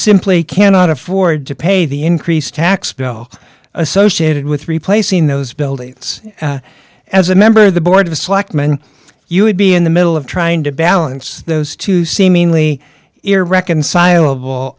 simply cannot afford to pay the increased tax bill associated with replacing those buildings as a member of the board of selectmen you would be in the middle of trying to balance those two seemingly irreconcilable